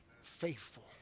Faithful